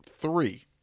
three